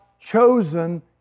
chosen